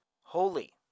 holy